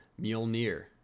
Mjolnir